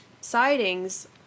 sightings